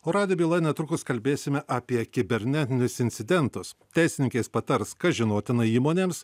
o radijo byloje netrukus kalbėsime apie kibernetinius incidentus teisininkės patars kas žinotina įmonėms